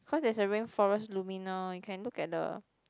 cause there's a rain forest luminous can look at the